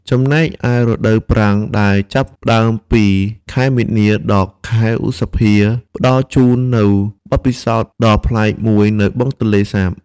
ចំណែកឯរដូវប្រាំង ដែលចាប់ផ្តើមពី ខែមីនា ដល់ ខែឧសភា ផ្តល់ជូននូវបទពិសោធន៍ដ៏ប្លែកមួយនៅបឹងទន្លេសាប។